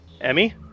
Emmy